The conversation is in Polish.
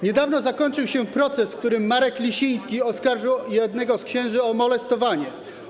Niedawno zakończył się proces, w którym Marek Lisiński oskarżył jednego z księży o molestowanie.